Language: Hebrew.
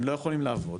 הם לא יכולים לעבוד,